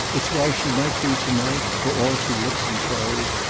it's why she might be to-night for all she looks and shows,